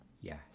Yes